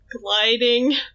gliding